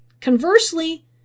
Conversely